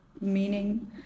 meaning